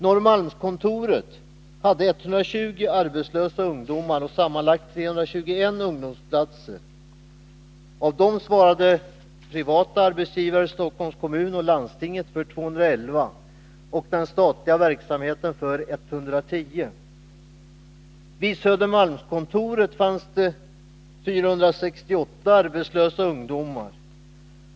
Norrmalmskontoret hade 120 arbetslösa ungdomar och sammanlagt 321 ungdomsplatser. Av dessa svarade privata arbetsgivare, Stockholms kommun och landstinget för 211 och den statliga verksamheten för 110. Vid Södermalmskontoret fanns det 468 arbetslösa ungdomar.